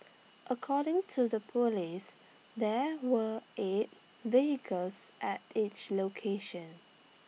according to the Police there were eight vehicles at each location